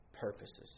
purposes